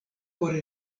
por